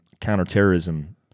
counterterrorism